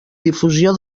difusió